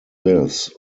this